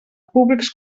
públics